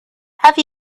have